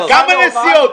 כמה נסיעות?